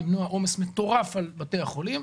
למנוע עומס מטורף על בתי החולים,